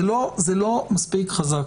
זה לא מספיק חזק.